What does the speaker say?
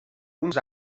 uns